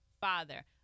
father